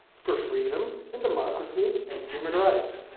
for freedom, and democracy, and human rights.